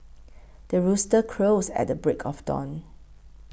the rooster crows at the break of dawn